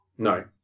No